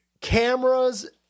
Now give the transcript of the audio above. cameras